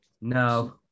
No